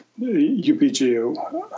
UPGO